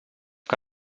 que